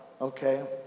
okay